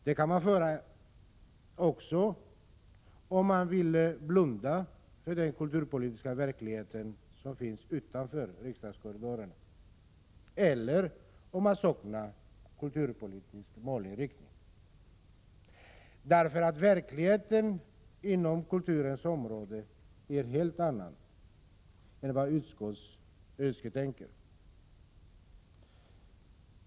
Man kan föra resonemanget också om man vill blunda för den kulturpolitiska verklighet som finns utanför riksdagshusets korridorer eller om man saknar kulturpolitisk målinriktning. Verkligheten inom kulturens område är nämligen en helt annan än den som finns i utskottets önsketänkande.